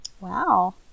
Wow